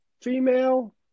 female